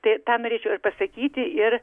tai tą norėčiau ir pasakyti ir